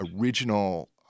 original